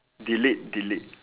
delete delete